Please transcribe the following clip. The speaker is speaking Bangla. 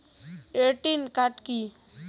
Credit card key?